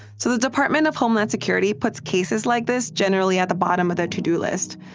so the department of homeland security puts cases like this generally at the bottom of the to-do list.